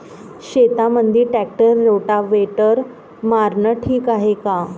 शेतामंदी tractor rotavator मारनं ठीक हाये का?